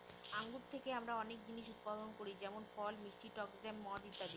আঙ্গুর থেকে আমরা অনেক জিনিস উৎপাদন করি যেমন ফল, মিষ্টি টক জ্যাম, মদ ইত্যাদি